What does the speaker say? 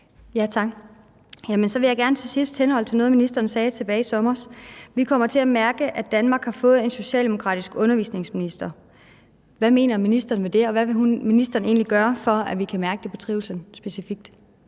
(V): Tak. Så vil jeg gerne til sidst henvise til noget, som ministeren sagde tilbage i sommer: Vi kommer til at mærke, at vi har fået en socialdemokratisk undervisningsminister. Hvad mener ministeren med det? Og hvad vil ministeren egentlig gøre, for at vi specifikt kan mærke det på trivslen?